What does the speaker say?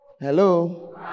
Hello